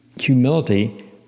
Humility